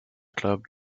club